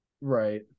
right